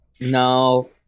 No